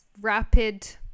rapid